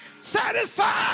Satisfied